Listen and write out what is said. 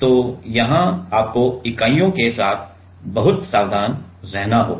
तो यहां आपको इकाइयों के साथ बहुत सावधान रहना होगा